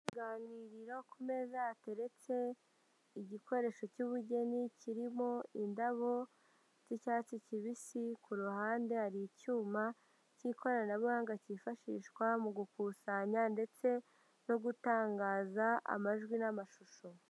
Uruganiriro, ku meza hatereke igikoresho cy'ubugeni kirimo indabo z'icyatsi kibisi, ku ruhande hari icyuma cy'ikoranabuhanga cyifashishwa mu gukusanya ndetse no gutangaza amajwi n'amashusho.